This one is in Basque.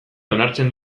onartzen